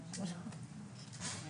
יודעת.